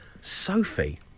Sophie